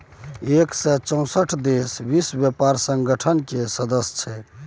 एक सय चौंसठ देश विश्व बेपार संगठन केर सदस्य छै